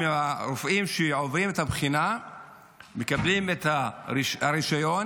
הרופאים שעוברים את הבחינה ומקבלים את הרישיון,